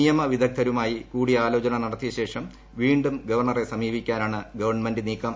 നിയമവിദഗ്ദ്ധരുമായി കൂടിയാലോചന നടത്തിയ ശേഷം വീണ്ടും ഗവർണറെ സമീപിക്കാനാണ് ഗവൺമെന്റ് നീക്കം